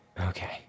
Okay